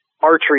archery